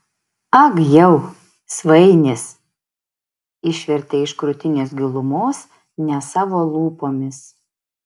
ag jau svainis išvertė iš krūtinės gilumos ne savo lūpomis